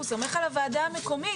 הוא סומך על הוועדה המקומית.